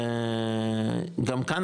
גם כאן,